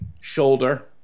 shoulder